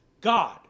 God